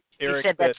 Eric